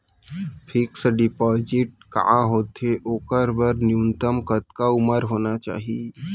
Fix deposit का होथे ओखर बर न्यूनतम कतका उमर होना चाहि?